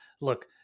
look